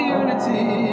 unity